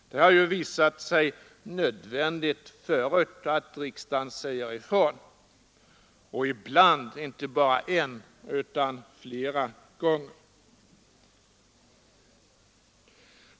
Det har tidigare visat sig vara nödvändigt att riksdagen säger ifrån, ibland inte bara en utan flera gånger.